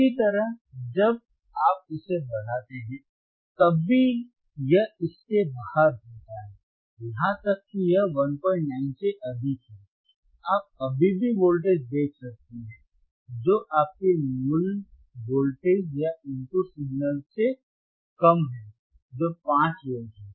उसी तरह जब आप इसे बढ़ाते हैं तब भी यह इसके बाहर होता है यहां तक कि यह 19 से अधिक है आप अभी भी वोल्टेज देख सकते हैं जो आपके मूल वोल्टेज या इनपुट सिग्नल से कम है जो 5 वोल्ट है